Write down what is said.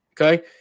Okay